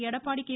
Edappadi K